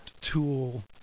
tool